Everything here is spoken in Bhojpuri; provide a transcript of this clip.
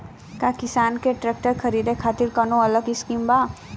का किसान के ट्रैक्टर खरीदे खातिर कौनो अलग स्किम बा?